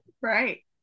right